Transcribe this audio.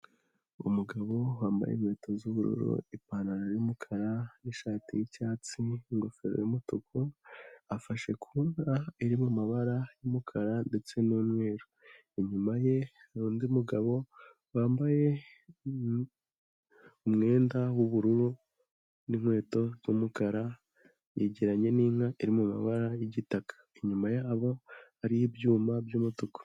Umugabo wambaye inkweto z'ubururu, ipantaro y'umukara n'ishati y'icyatsi n'ingofero y'umutuku, afashe ku nka iri mu mabara y'umukara ndetse n'umweru, inyuma ye hari undi mugabo wambaye umwenda w'ubururu n'inkweto z'umukara yegeranye n'inka iri mumabara y'igitaka, inyuma yabo hariho ibyuma by'umutuku.